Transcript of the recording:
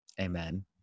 Amen